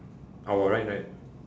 our right right